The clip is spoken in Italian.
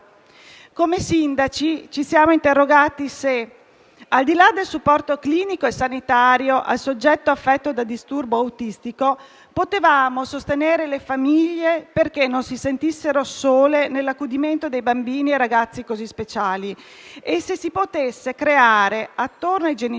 Come sindaci ci siamo interrogati se, al di là del supporto clinico e sanitario al soggetto affetto da disturbo autistico, potevamo sostenere le famiglie perché non si sentissero sole nell'accudimento di bambini e ragazzi così speciali e se si potesse creare attorno ai genitori